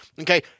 Okay